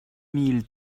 mille